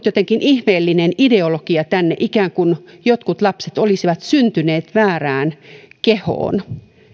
jotenkin tullut ihmeellinen ideologia tänne ikään kuin jotkut lapset olisivat syntyneet väärään kehoon